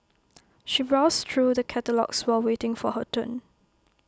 she browsed through the catalogues while waiting for her turn